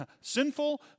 sinful